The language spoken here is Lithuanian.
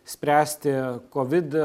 spręsti kovid